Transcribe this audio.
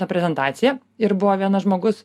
tą prezentaciją ir buvo vienas žmogus